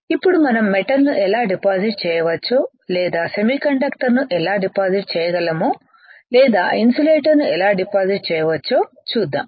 ఇప్పుడు మనం మెటల్ ను ఎలా డిపాజిట్ చేయవచ్చో లేదా సెమీకండక్టర్ ను ఎలా డిపాజిట్ చేయగలమో లేదా ఇన్సులేటర్ ను ఎలా డిపాజిట్ చేయవచ్చో చూద్దాం